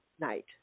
night